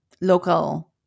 local